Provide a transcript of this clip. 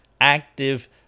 Active